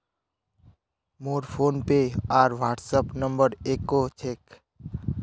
मोर फोनपे आर WhatsApp number एक क छेक